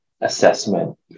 assessment